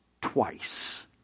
twice